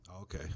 okay